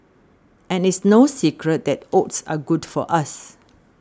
and it's no secret that oats are good for us